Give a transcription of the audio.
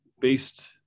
based